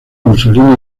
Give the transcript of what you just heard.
mussolini